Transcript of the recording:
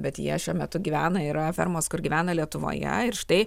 bet jie šiuo metu gyvena yra fermos kur gyvena lietuvoje ir štai